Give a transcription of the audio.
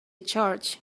church